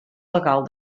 legal